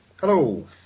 Hello